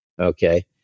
okay